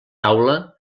taula